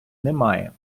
немає